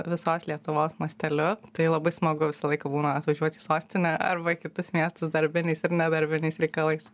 visos lietuvos masteliu tai labai smagu visą laiką būna atvažiuoti į sostinę arba į kitus miestus darbiniais ir ne darbiniais reikalais